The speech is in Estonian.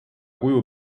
kuju